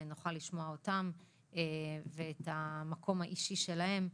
שנוכל לשמוע אותן ואת המקום האישי שלהן.